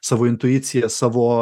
savo intuicija savo